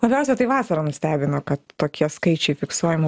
labiausia tai vasarą nustebino kad tokie skaičiai fiksuojamu